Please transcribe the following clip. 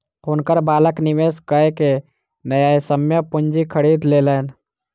हुनकर बालक निवेश कय के न्यायसम्य पूंजी खरीद लेलैन